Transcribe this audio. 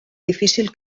difícil